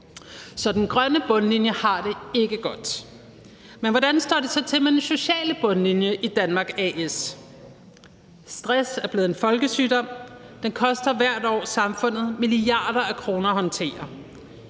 Så den grønne bundlinje har det ikke godt. Hvordan står det så til med den sociale bundlinje i Danmark A/S? Stress er blevet en folkesygdom, som det hvert år koster samfundet milliarder af kroner at håndtere.